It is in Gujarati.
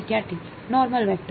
વિદ્યાર્થી નોર્મલ વેક્ટર